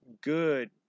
good